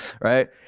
right